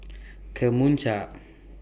Kemunchup